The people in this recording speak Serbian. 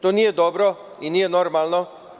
To nije dobro i nije normalno.